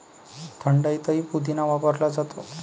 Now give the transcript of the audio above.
थंडाईतही पुदिना वापरला जातो